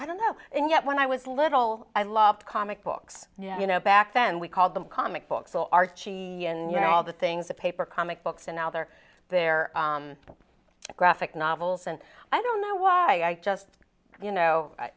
i don't know and yet when i was little i loved comic books you know back then we called them comic books so archie and you know all the things that paper comic books and now there are there are graphic novels and i don't know why just you